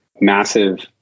massive